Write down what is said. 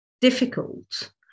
difficult